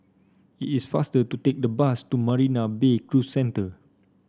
it is faster to take the bus to Marina Bay Cruise Centre